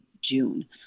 June